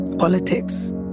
Politics